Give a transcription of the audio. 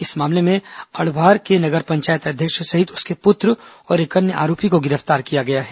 इस मामले में अड़भार के नगर पंचायत अध्यक्ष सहित उसके पुत्र और एक अन्य आरोपी को गिरफ्तार किया गया है